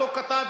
אותו כתב,